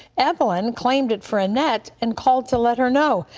evelyn claimed it for annette and called to let her know.